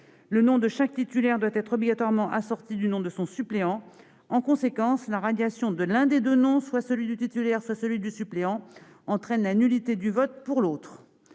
Le nom de chaque titulaire doit être obligatoirement assorti du nom de son suppléant. En conséquence, la radiation de l'un des deux noms, soit celui du titulaire, soit celui du suppléant, entraîne la nullité du vote pour l'autre.